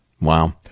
Wow